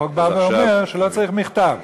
החוק בא ואומר שלא צריך מכתב.